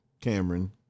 Cameron